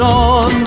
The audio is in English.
on